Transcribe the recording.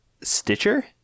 Stitcher